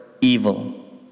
evil